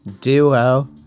duo